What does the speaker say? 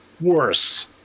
worse